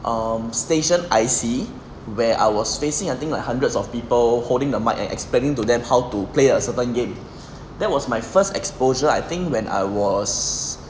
um station I_C where I was facing I think like hundreds of people holding the mic and explaining to them how to play a certain game that was my first exposure I think when I was